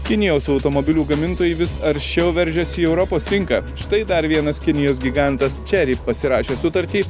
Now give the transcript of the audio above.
kinijos automobilių gamintojai vis aršiau veržiasi į europos rinką štai dar vienas kinijos gigantas chery pasirašė sutartį